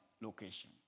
location